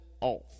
off